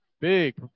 Big